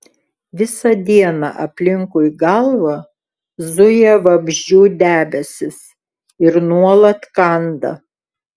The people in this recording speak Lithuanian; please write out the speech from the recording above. visą dieną aplinkui galvą zuja vabzdžių debesys ir nuolat kanda